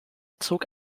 zog